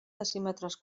decímetres